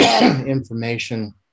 information